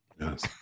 Yes